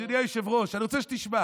אדוני היושב-ראש, אני רוצה שתשמע.